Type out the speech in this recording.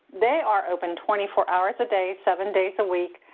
they are open twenty four hours a day, seven days a week,